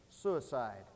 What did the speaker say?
suicide